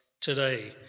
today